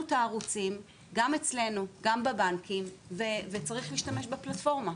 את הערוצים גם אצלנו וגם בבנקים וצריך להשתמש בפלטפורמה,